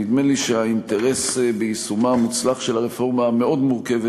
נדמה לי שהאינטרס ביישומה המוצלח של הרפורמה המאוד-מורכבת